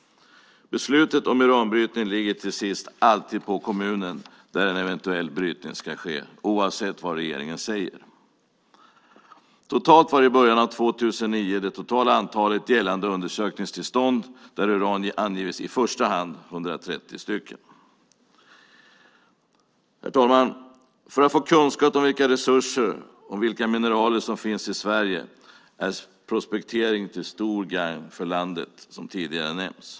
Beslutet om uranbrytning ligger till sist alltid på kommunen där en eventuell brytning ska ske, oavsett vad regeringen säger. I början av 2009 var det totala antalet gällande undersökningstillstånd där uran angivits i första hand 130 stycken. Herr talman! För att vi ska få kunskap om vilka resurser och vilka mineraler som finns i Sverige är prospektering till stort gagn för landet, som tidigare nämnts.